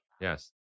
yes